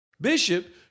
Bishop